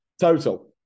Total